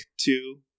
two